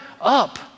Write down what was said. up